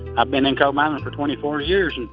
ah been in coal mines for twenty four years